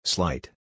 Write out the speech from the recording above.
Slight